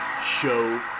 Show